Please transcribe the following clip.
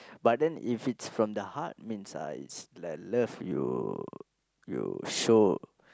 but then if it's from the heart means I like love you you show